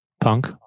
Punk